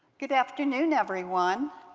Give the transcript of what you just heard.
good afternoon, everyone.